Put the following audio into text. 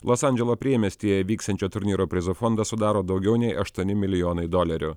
los andželo priemiestyje vyksiančio turnyro prizų fondą sudaro daugiau nei aštuoni milijonai dolerių